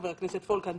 חבר הכנסת פולקמן,